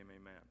amen